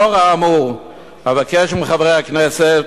לאור האמור אבקש מחברי הכנסת,